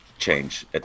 change